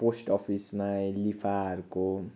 post अफिसमा लिफाहरूको